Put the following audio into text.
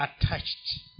attached